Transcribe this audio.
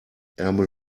ärmel